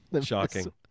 Shocking